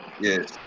Yes